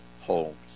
homes